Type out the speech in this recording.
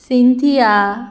Cynthia